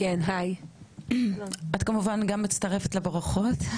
גם את מצטרפת כמובן לברכות.